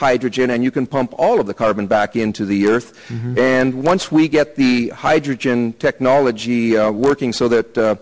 hydrogen and you can pump all of the carbon back into the earth and once we get the hydrogen technology working so that the